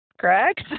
correct